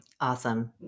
Awesome